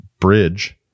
bridge